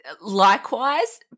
Likewise